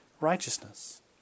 righteousness